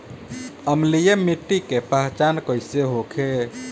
अम्लीय मिट्टी के पहचान कइसे होखे?